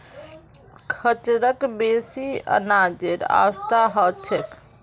खच्चरक बेसी अनाजेर आवश्यकता ह छेक